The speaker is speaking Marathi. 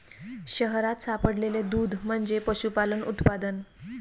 शहरात सापडलेले दूध म्हणजे पशुपालन उत्पादन